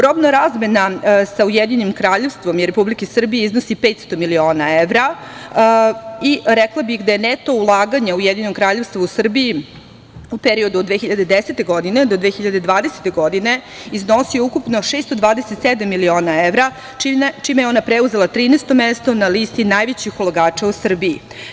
Robna razmena sa Ujedinjenim Kraljevstvom i Republike Srbije iznosi 500 miliona evra i rekla bih da je neto ulaganja Ujedinjenom Kraljevstvu u Srbiji, u periodu od 2010. godine do 2020. godine, iznosi ukupno 627 miliona evra čime je ona preuzela 13 mesto na listi najvećih ulagača u Srbiji.